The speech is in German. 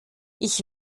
ich